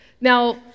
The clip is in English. Now